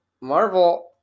Marvel